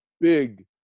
big